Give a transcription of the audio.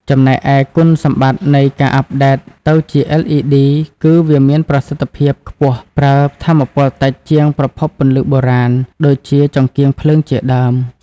ចំណែកឯគុណសម្បត្តិនៃការអាប់ដេតទៅជា LEDគឺវាមានប្រសិទ្ធភាពខ្ពស់ប្រើថាមពលតិចជាងប្រភពពន្លឺបុរាណ ដូចជា ចង្កៀងភ្លើងជាដើម។